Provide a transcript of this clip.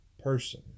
person